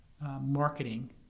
marketing